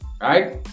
Right